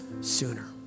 sooner